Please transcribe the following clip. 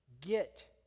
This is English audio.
get